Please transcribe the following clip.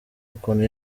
ukuntu